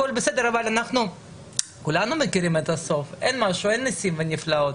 כולנו מכירים את הסוף, אין נסים ונפלאות.